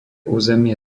územie